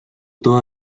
toda